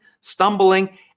stumbling